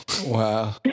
Wow